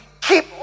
keep